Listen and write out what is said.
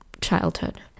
childhood